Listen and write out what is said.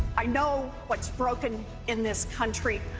i know what is broken in this country.